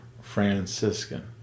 Franciscan